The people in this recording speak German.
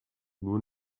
nur